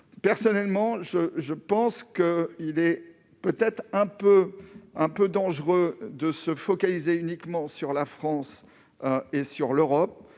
Personnellement, j'estime qu'il peut être quelque peu dangereux de se focaliser uniquement sur la France ou sur l'Europe.